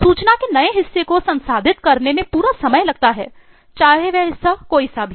सूचना के नए हिस्से को संसाधित करने में पूरा समय लगता है चाहे वह हिस्सा कोई सा भी हो